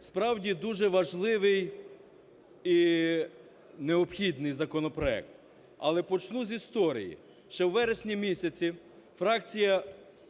Справді, дуже важливий і необхідний законопроект. Але почну з історії. Ще у вересні місяці фракція